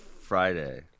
Friday